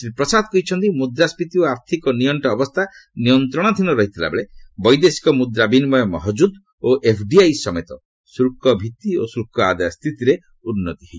ଶ୍ରୀ ପ୍ରସାଦ କହିଛନ୍ତି ମୁଦ୍ରାଣ୍ଟିତି ଓ ଆର୍ଥିକ ନିଅଣ୍ଟ ଅବସ୍ଥା ନିୟନ୍ତ୍ରଣାଧୀନ ରହିଥିବା ବେଳେ ବୈଦେଶିକ ମୁଦ୍ରା ବିନିମୟ ମହକୁଦ୍ ଓ ଏଫ୍ଡିଆଇ ସମେତ ଶୁଳ୍କ ଭିଭି ଓ ଶୁଳ୍କ ଆଦାୟ ସ୍ଥିତିରେ ଉନ୍ନତି ହୋଇଛି